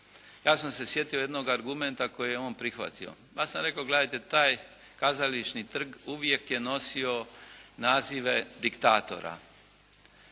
ja sam se sjetio jednog argumenta koji je on prihvatio. Ja sam rekao gledajte taj kazališni trg uvijek je nosio nazive diktatora.